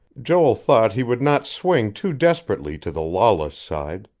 joel thought he would not swing too desperately to the lawless side.